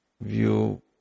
view